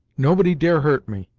nobody dare hurt me!